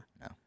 No